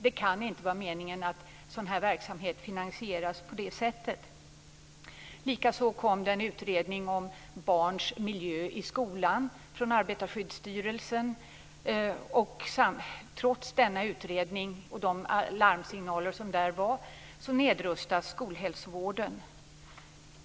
Det kan inte vara meningen att sådan verksamhet finansieras på det sättet. Likaså kom det en utredning från Arbetarskyddsstyrelsen om barns miljö i skolan. Trots denna utredning och de larmsignaler som kom där, nedrustas skolhälsovården.